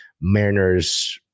Mariners